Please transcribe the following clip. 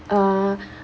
uh